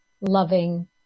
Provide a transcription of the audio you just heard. loving